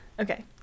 Okay